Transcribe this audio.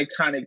iconic